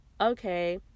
okay